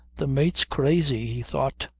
the mate's crazy, he thought.